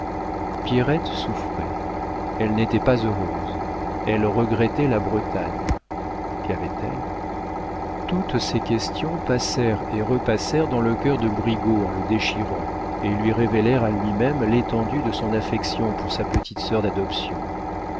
pierrette souffrait elle n'était pas heureuse elle regrettait la bretagne qu'avait-elle toutes ces questions passèrent et repassèrent dans le cœur de brigaut en le déchirant et lui révélèrent à lui-même l'étendue de son affection pour sa petite sœur d'adoption